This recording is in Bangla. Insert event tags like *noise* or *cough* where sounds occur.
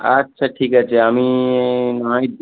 আচ্ছা ঠিক আছে আমি *unintelligible*